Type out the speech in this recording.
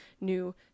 new